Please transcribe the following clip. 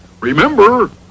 Remember